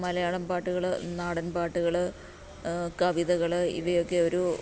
മലയാളം പാട്ടുകൾ നാടൻ പാട്ടുകൾ കവിതകൾ ഇവയൊക്കെ ഒരു